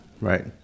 right